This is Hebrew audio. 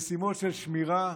במשימות של שמירה,